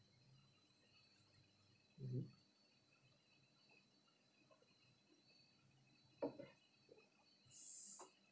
mmhmm